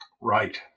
right